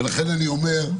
ולכן אני אומר,